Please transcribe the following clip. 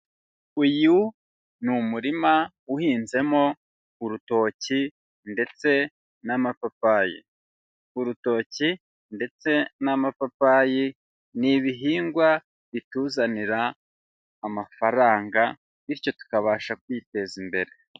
Uyu ni umurima uhinzemo urutoki, ndetse n'amapapayi, urutoki ndetse n'amapapayi ni ibihingwa bituzanira amafaranga bityo tukabasha kwiteza imbere.